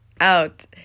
out